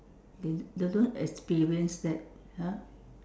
they they don't experience that ah